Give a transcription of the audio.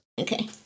Okay